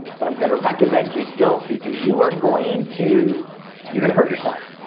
but i'm gonna recommend you don't because you are going to you're gonna hurt yourself.